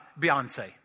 Beyonce